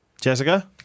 Jessica